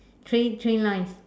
three three lines